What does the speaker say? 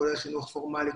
כולל חינוך פורמלי,